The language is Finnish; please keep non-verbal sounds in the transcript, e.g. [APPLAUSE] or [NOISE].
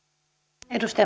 arvoisa [UNINTELLIGIBLE]